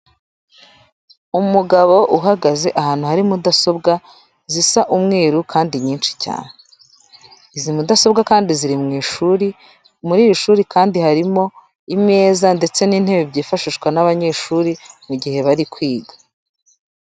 Umugabo uhagaze ahantu hari mudasobwa zisa umweru kandi nyinshi cyane. Izi mudasobwa kandi ziri mu ishuri, muri iri shuri kandi harimo imeza ndetse n'intebe byifashishwa n'abanyeshuri mu gihe bari kwiga.